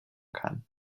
kann